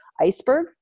iceberg